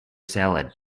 salad